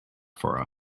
for